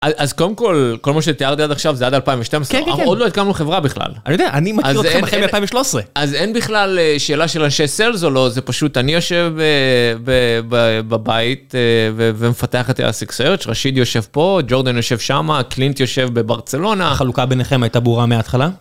אז קודם כל, כל מה שתיארתי עד עכשיו זה עד 2012, עוד לא התקמנו חברה בכלל. אני יודע, אני מכיר אתכם אחרי 2013. אז אין בכלל שאלה של אנשי sales או לא, זה פשוט אני יושב בבית ומפתח את הelastic search, רשיד יושב פה, ג'ורדן יושב שמה, קלינט יושב בברצלונה. החלוקה ביניכם הייתה ברורה מההתחלה?